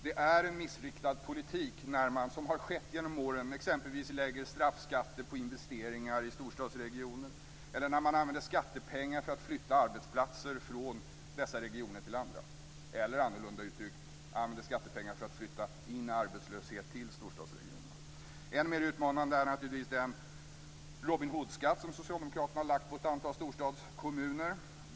Det är en missriktad politik när man, som skett genom åren, exempelvis lägger straffskatter på investeringar i storstadsregioner, eller när man använder skattepengar för att flytta arbetsplatser från dessa regioner till andra. Eller när man, annorlunda uttryckt, använder skattepengar för att flytta in arbetslöshet till storstadsregioner. Än mer utmanande är naturligtvis den Robin Hood-skatt som socialdemokraterna har lagt på ett antal storstadskommuner.